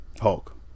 hulk